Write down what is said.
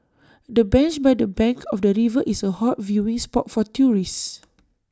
the bench by the bank of the river is A hot viewing spot for tourists